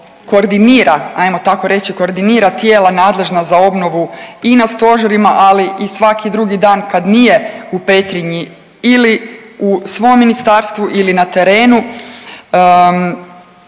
koordinira tijela nadležna za obnovu i na stožerima, ali i svaki drugi dan kad nije u Petrinji ili u svom ministarstvu ili na terenu